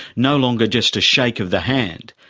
no longer just a shake of the hand,